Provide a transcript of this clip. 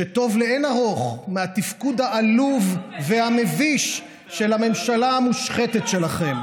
שטוב לאין-ערוך מהתפקוד העלוב והמביש של הממשלה המושחתת שלכם.